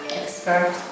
expert